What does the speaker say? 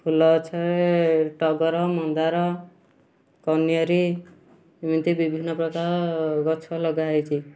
ଫୁଲ ଗଛରେ ଟଗର ମନ୍ଦାର କନିୟରି ଏମିତି ବିଭିନ୍ନ ପ୍ରକାର ଗଛ ଲଗାହେଇଛି